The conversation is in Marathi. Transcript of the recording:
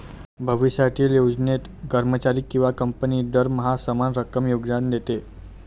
भविष्यातील योजनेत, कर्मचारी किंवा कंपनी दरमहा समान रक्कम योगदान देते